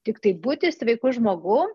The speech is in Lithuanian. tiktai būti sveiku žmogum